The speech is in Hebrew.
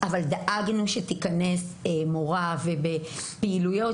אבל דאגנו שתיכנס מורה שתתגבר בפעילויות